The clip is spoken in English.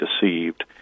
deceived